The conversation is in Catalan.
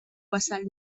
vassall